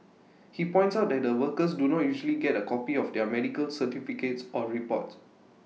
he points out that the workers do not usually get A copy of their medical certificates or reports